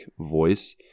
voice